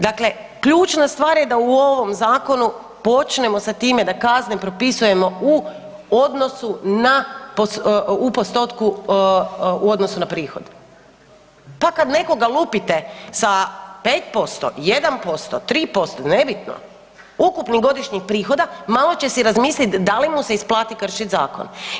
Dakle, ključna stvar je da u ovom zakonu počnemo sa time da kazne propisujemo u odnosu na, u postotku u odnosu na prihod, pa kad nekoga lupite sa 5%, 1%, 3%, nebitno, ukupnih godišnjih prihoda, malo će si razmislit da li mu se isplati kršit zakon.